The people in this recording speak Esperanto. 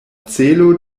celo